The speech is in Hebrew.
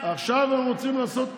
עכשיו הם רוצים לעשות פיני.